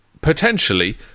potentially